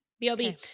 B-O-B